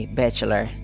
bachelor